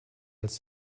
als